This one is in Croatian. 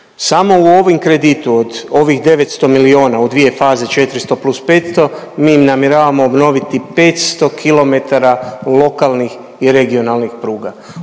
Samo u ovim kreditu od ovih 900 milijuna u 2 faze 400+500 mi im namjeravamo obnoviti 500 km lokalnih i regionalnih pruga.